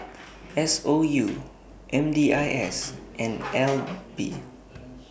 S O U M D I S and N L B